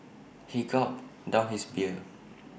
he gulped down his beer